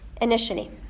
Initially